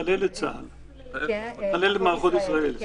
חללת מערכות ישראל.